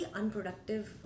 unproductive